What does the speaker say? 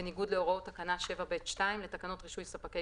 בניגוד להוראות תקנה 7(ב)(2) לתקנות רישוי ספקי